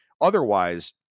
Otherwise